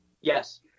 Yes